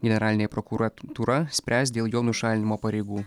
generalinė prokuratūra spręs dėl jo nušalinimo pareigų